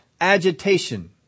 agitation